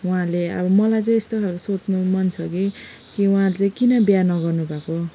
उहाँले अब मलाई चाहिँ यस्तो खालको सोध्नु मन छ कि कि उहाँ चाहिँ किन बिहा न गर्नु भएको